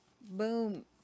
Boom